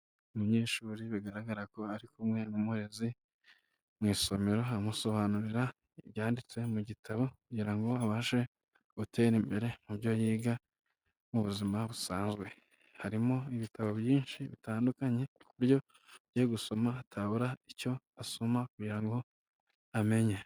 Umunyeshuri bigaragara ko ari kumwe n'umurezi mu isomero amusobanurira ibyanditse mu gitabo kugira ngo abashe gutera imbere mu byo yiga mu buzima busanzwe, harimo ibitabo byinshi bitandukanye ku buryo agiye gusoma atabura icyo asoma kugira ngo amenye.